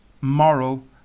moral